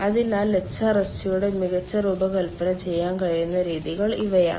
അതിനാൽ എച്ച്ആർഎസ്ജിയുടെ മികച്ച രൂപകൽപന ചെയ്യാൻ കഴിയുന്ന രീതികൾ ഇവയാണ്